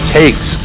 takes